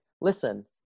listen